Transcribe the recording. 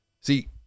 See